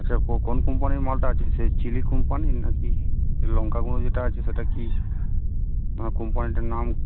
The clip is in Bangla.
আচ্ছা কো কোন কোম্পানির মালটা আছে সেই চিলি কোম্পানির নাকি লঙ্কা গুঁড়ো যেটা আছে সেটা কি কোম্পানিটার নাম